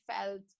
felt